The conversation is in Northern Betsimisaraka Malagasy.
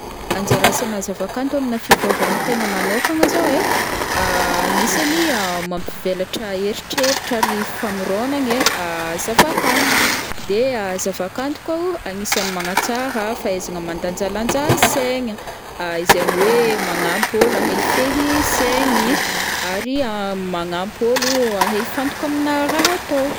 Anjara asana zava-kanto amina fivoaran' tegna manokagna zao ai, ah agnisany mampivelatra eritreritra ary famoraonagna zava-kanto, de ah zava-kanto koa agnisany magnatsara fahaizagna mandanjalanja saigna, izaign hoe magnampy ôlo ahay hifehy saigny ary magnampy ôlo ahay hifantoka amina raha atao.